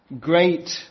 Great